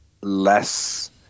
less